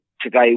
Today